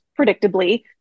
Predictably